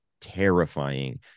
terrifying